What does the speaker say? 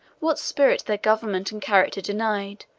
what spirit their government and character denied,